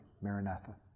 Maranatha